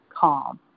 calm